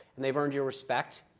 and they've earned your respect.